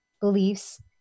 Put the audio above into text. beliefs